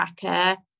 tracker